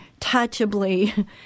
touchably